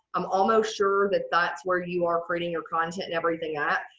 i'm almost sure that that's where you are creating your content and everything at.